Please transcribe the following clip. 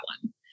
one